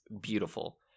beautiful